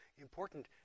important